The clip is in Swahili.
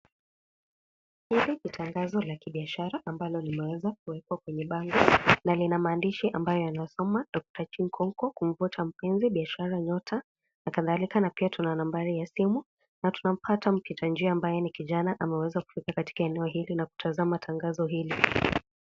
Hili ni tangazo la kibiashara ambalo limeweza kuwekwa kwenye bango na lina maandishi ambayo yanasoma Doctor Chinkonko kumvuta mpenzi, biashara, nyota, kadhalika na tuna nambari ya simu na tunampata mpita njia ambaye ni kijana ameweza kufika eneo hili na kutazama tangazo hili.